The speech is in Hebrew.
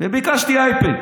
ביקשתי אייפד